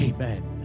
Amen